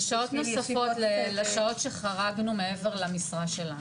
זה שעות נוספות לשעות שחרגנו מעבר למשרה שלנו.